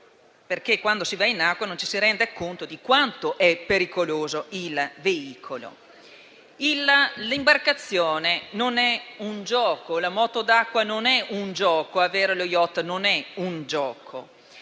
che, quando si va in acqua, non ci si rende conto di quanto è pericoloso il veicolo. L'imbarcazione non è un gioco, la moto d'acqua non è un gioco e avere lo *yacht* non è un gioco.